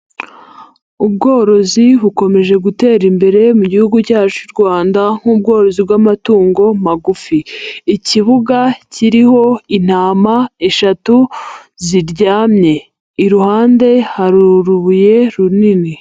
Ubworozi bukomeje gutera imbere mu gihugu cyacu cy'u Rwanda, nk'ubworozi bw'amatungo magufi, ikibuga kiriho intama eshatu ziryamye, iruhande hari urubuye runini.